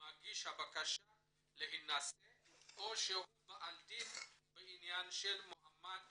מגיש הבקשה להינשא או שהוא בעל דין בעניין של מעמד